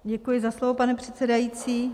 Děkuji za slovo, pane předsedající.